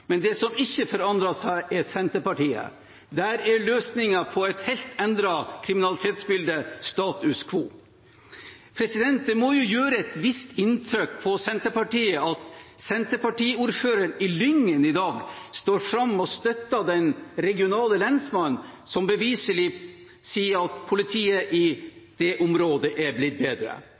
Men det som ikke forandrer seg, er Senterpartiet. Der er løsningen på et helt endret kriminalitetsbilde status quo. Det må jo gjøre et visst inntrykk på Senterpartiet at Senterparti-ordføreren i Lyngen i dag står fram og støtter den regionale lensmannen, som beviselig sier at politiet i det området er blitt bedre.